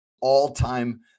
all-time